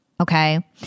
Okay